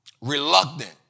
reluctant